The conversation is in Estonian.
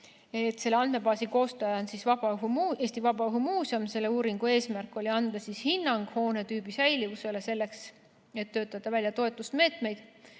Selle andmebaasi koostaja on Eesti Vabaõhumuuseum ja selle uuringu eesmärk oli anda hinnang hoonetüübi säilivusele selleks, et töötada välja toetusmeetmed,